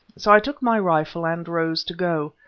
so i took my rifle and rose to go.